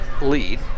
lead